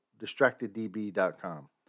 distracteddb.com